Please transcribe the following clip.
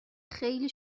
خیلی